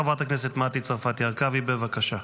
חברת הכנסת מטי צרפתי הרכבי, בבקשה.